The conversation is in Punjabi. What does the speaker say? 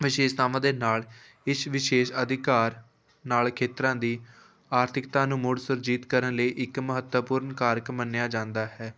ਵਿਸ਼ੇਸ਼ਤਾਵਾਂ ਦੇ ਨਾਲ ਇਸ ਵਿਸ਼ੇਸ਼ ਅਧਿਕਾਰ ਨਾਲ ਖੇਤਰਾਂ ਦੀ ਆਰਥਿਕਤਾ ਨੂੰ ਮੁੜ ਸੁਰਜੀਤ ਕਰਨ ਲਈ ਇੱਕ ਮਹੱਤਵਪੂਰਨ ਕਾਰਕ ਮੰਨਿਆ ਜਾਂਦਾ ਹੈ